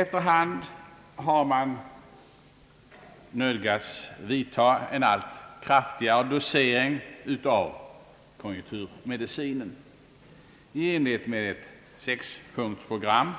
Efter hand har man nödgats vidta en allt kraftigare dosering av konjunkturmedicinen i enlighet med ett sexpunktsprogram,